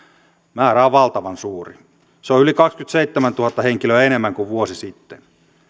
määrä on valtavan suuri se on yli kaksikymmentäseitsemäntuhatta henkilöä enemmän kuin vuosi sitten